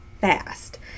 fast